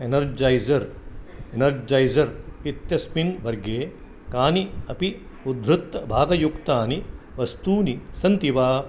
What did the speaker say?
Energizer Energizer इत्यस्मिन् वर्गे कानि अपि उद्धृतबाधयुक्तानि वस्तूनि सन्ति वा